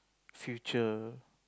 future